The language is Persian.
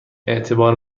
اعتبار